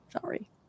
Sorry